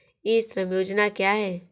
ई श्रम योजना क्या है?